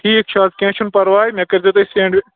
ٹھیٖک چھُ حظ کیٚنہہ چھُنہ پَرواے مےٚ کٔرۍزیو تُہۍ سٮ۪نٛڈ